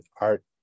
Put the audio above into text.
art